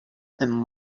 and